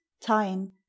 time